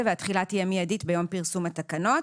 והתחילה תהיה מיידית ביום פרסום התקנות.